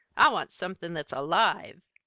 i want somethin' that's alive!